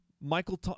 Michael